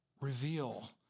reveal